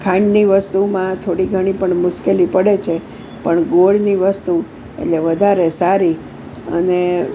ખાંડની વસ્તુમાં થોડી ઘણી પણ મુશ્કેલી પડે છે પણ ગોળની વસ્તુ એટલે વધારે સારી અને